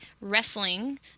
wrestling